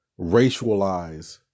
racialize